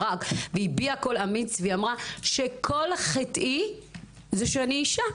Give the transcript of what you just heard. הביעה קול אמיץ ואמרה שכול חטאה הוא שהיא אישה.